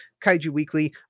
kaijuweekly